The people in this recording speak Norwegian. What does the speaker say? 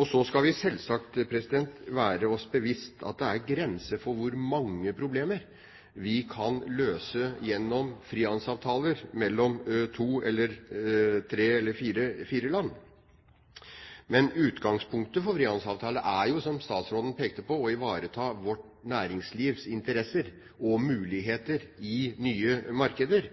Og så skal vi selvsagt være oss bevisst at det er grenser for hvor mange problemer vi kan løse gjennom frihandelsavtaler mellom to, tre eller fire land. Utgangspunktet for frihandelsavtaler er jo, som statsråden pekte på, å ivareta vårt næringslivs interesser og muligheter i nye markeder,